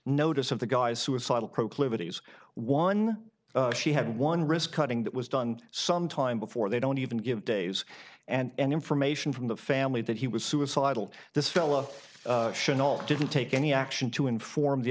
notice of the guy's suicidal proclivities one she had one wrist cutting that was done some time before they don't even give days and information from the family that he was suicidal this fellow tional didn't take any action to inform the